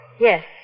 Yes